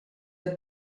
not